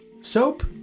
soap